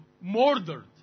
murdered